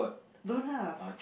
don't have